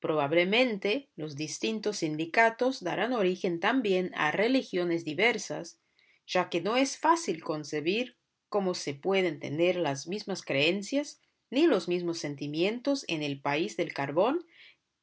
probablemente los distintos sindicatos darán origen también a religiones diversas ya que no es fácil concebir cómo se pueden tener las mismas creencias ni los mismos sentimientos en el país del carbón